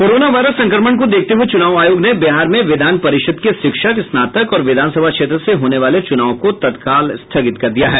corona virus संक्रमण को देखते हुए चुनाव आयोग ने बिहार में विधान परिषद के शिक्षक स्नातक और विधानसभा क्षेत्र से होने वाले चुनाव को तत्काल स्थगित कर दिया है